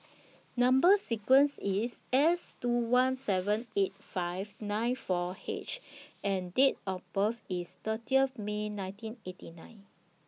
Number sequence IS S two one seven eight five nine four H and Date of birth IS thirty of May nineteen eighty nine